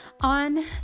on